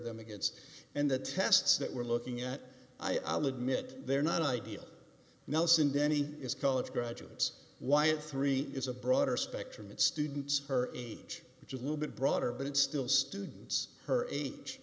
them against and the tests that we're looking at i'll admit they're not ideal nelson denny is college graduates y of three is a broader spectrum of students her age which is a little bit broader but it's still students her age